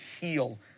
heal